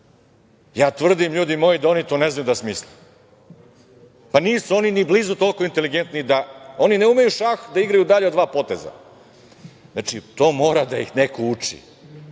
tvrdim ljudi moji da oni to ne znaju da smisle. Nisu oni ni blizu toliko inteligentni, oni ne umeju šah da igraju dalje od dva poteza. Znači, to mora da ih neko uči.